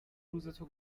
روزتو